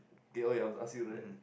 okay oh ya I must ask you right